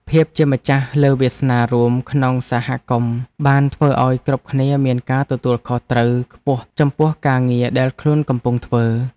ភាពជាម្ចាស់លើវាសនារួមក្នុងសហគមន៍បានធ្វើឱ្យគ្រប់គ្នាមានការទទួលខុសត្រូវខ្ពស់ចំពោះការងារដែលខ្លួនកំពុងធ្វើ។